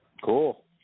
Cool